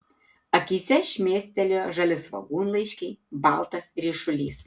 akyse šmėstelėjo žali svogūnlaiškiai baltas ryšulys